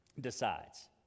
decides